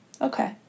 Okay